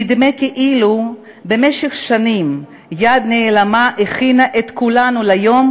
נדמה כאילו במשך שנים יד נעלמה הכינה את כולנו ליום